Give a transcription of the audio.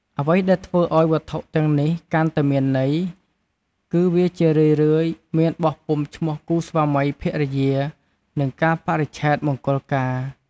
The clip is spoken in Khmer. អ្វីដែលធ្វើឲ្យវត្ថុទាំងនេះកាន់តែមានន័យ គឺវាជារឿយៗមានបោះពុម្ពឈ្មោះគូស្វាមីភរិយា និងកាលបរិច្ឆេទមង្គលការ។